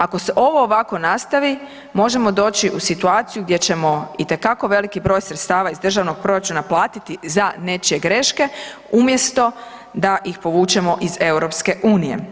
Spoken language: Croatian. Ako se ovo ovako nastavi, možemo doći u situaciju gdje ćemo itekako veliki broj sredstava iz državnog proračuna platiti za nečije greške umjesto da ih povučemo iz EU.